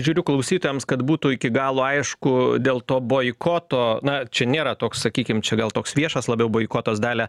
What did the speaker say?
žiūriu klausytojams kad būtų iki galo aišku dėl to boikoto na čia nėra toks sakykim čia gal toks viešas labiau boikotas dalia